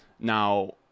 Now